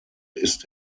ist